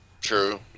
True